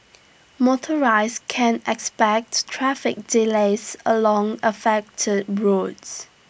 motorists can expect traffic delays along affected roads